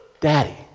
Daddy